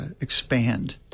expand